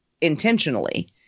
intentionally